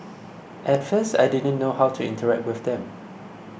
at first I didn't know how to interact with them